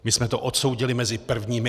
My jsme to odsoudili mezi prvními.